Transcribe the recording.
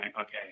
okay